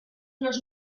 los